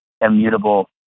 immutable